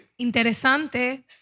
Interesante